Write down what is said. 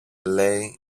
λέει